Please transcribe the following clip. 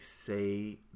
say